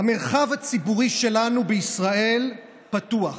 המרחב הציבורי שלנו בישראל פתוח,